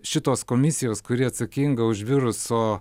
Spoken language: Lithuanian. šitos komisijos kuri atsakinga už viruso